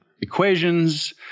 equations